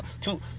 Two